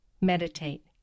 meditate